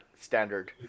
standard –